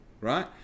right